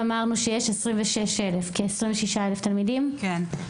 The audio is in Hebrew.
אמרנו שיש כ-26,000 תלמידים?) כן.